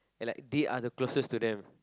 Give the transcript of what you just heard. like they are the closest to them